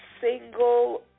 single